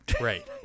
right